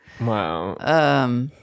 Wow